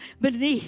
beneath